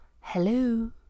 Hello